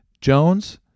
Jones